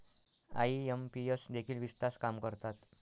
IMPS देखील वीस तास काम करतात?